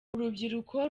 urubyiruko